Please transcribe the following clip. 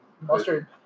Mustard